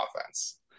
offense